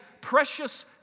precious